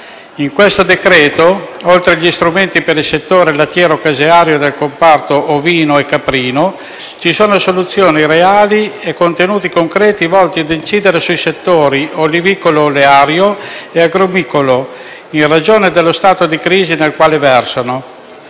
in esame, oltre agli strumenti per il settore lattiero-caseario del comparto ovino e caprino, ci sono soluzioni reali e contenuti concreti volti a incidere sui settori olivicolo-oleario e agrumicolo, in ragione dello stato di crisi nel quale versano.